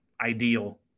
ideal